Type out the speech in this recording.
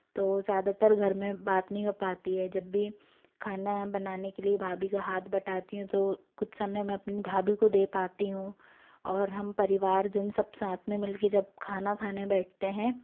तो ज़्यादातर घर में बात नहीं हो पाती है जब भी खाना बनाने के लिए भाभी का हाथ बटाती हूँ तो कुछ समय मैं अपनी भाभी को दे पाती हूँ और हम परिवारजन सब साथ में मिलके जब खाना खाने बैठते हैं